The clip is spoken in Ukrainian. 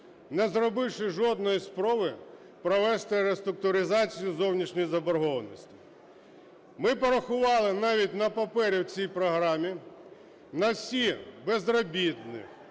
не зробивши жодної спроби провести реструктуризацію зовнішньої заборгованості. Ми порахували: навіть на папері в цій програмі на всіх безробітних,